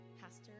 Pastor